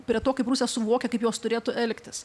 prie to kaip rusija suvokia kaip jos turėtų elgtis